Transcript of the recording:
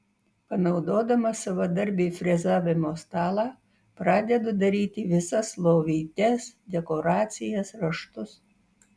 panaudodamas savadarbį frezavimo stalą pradedu daryti visas lovytės dekoracijas raštus